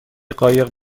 قایق